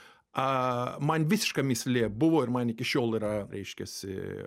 a man visiška mįslė buvo ir man iki šiol yra reiškiasi